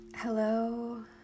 Hello